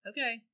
Okay